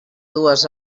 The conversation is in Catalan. dues